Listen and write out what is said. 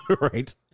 Right